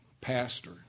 pastor